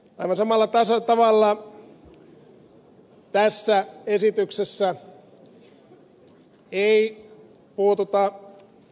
aivan samalla tavalla tässä esityksessä ei puututa yksinhuoltajakorotukseen